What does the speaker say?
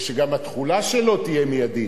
ושגם התחולה שלו תהיה מיידית.